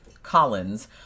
collins